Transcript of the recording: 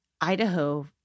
Idaho